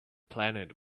planet